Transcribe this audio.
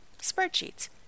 spreadsheets